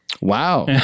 Wow